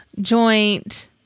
joint